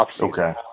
Okay